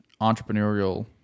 entrepreneurial